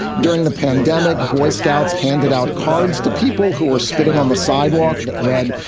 during the pandemic, boy scouts handed out cards to people who were spitting on the sidewalk that read,